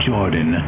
Jordan